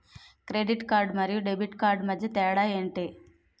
Credit card మరియు debit card మధ్య తేడా ఎంటి?